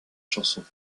chansons